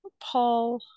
paul